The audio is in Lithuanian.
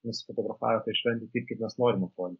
nusifotografavę toj šventėj taip kaip mes norim atrodyti